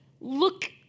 look